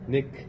Nick